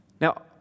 Now